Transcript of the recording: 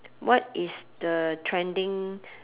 what is the trending